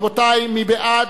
רבותי, מי בעד?